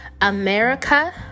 America